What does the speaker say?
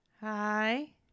Hi